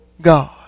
God